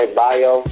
bio